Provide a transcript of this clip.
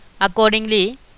Accordingly